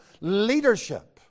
leadership